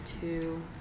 two